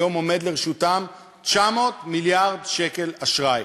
היום עומדים לרשותן 900 מיליארד שקל אשראי,